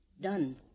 Done